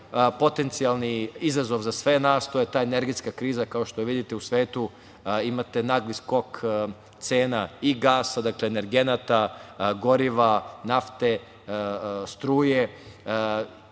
potencijalni izazov za sve nas, to je ta energetska kriza, kao što vidite u svetu imate nagli skok cena i gasa, dakle energenata, goriva, nafte, struje,